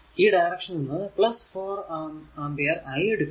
ഈ ഡയറക്ഷൻ എന്നത് 4 ആമ്പിയർ ആയി എടുക്കാം